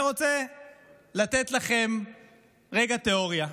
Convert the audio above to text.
אני רוצה לתת לכם רגע תיאוריה: